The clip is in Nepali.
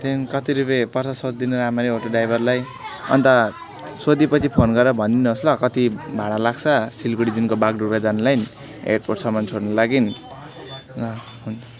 त्यहाँदेखि कति रुपियाँ पर्छ सोधिदिनु राम्ररी अटो ड्राइभरलाई अन्त सोध्योपछि फोन गरेर भनिदिनु होस् ल कति भाडा लाग्छ सिलगढीदेखिको बागडोग्रा जानुलाई एयरपोर्टसम्म छोड्नुको लागि र हुन्